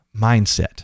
Mindset